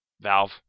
Valve